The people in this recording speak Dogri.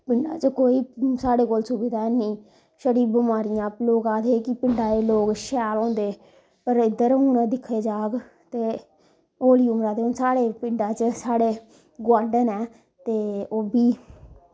पिंडा च साढ़े कोल कोई सुविधा हैनी छड़ी बमारियां लोग आखदे कि पिंडा दे लोग शैल होंदे पर इध्दर हून गै दिक्खेआ जाह्ग ते हौली उमरा दे न साढ़े पिंडा च साढ़े गोआंढन ऐ ते ओह्बी